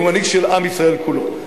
הוא מנהיג של עם ישראל כולו,